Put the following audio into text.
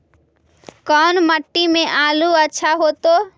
कोन मट्टी में आलु अच्छा होतै?